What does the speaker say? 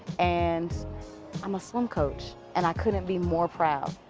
and i'm a swim coach and i couldn't be more proud.